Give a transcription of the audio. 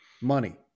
Money